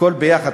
הכול יחד.